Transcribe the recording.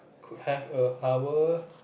could have a hour